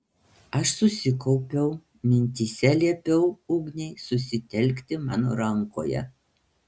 aš susikaupiau mintyse liepiau ugniai susitelkti mano rankoje